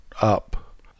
up